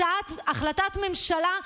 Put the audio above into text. הצעת החלטת ממשלה,